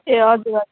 ए हजुर हजुर